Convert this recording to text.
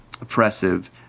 oppressive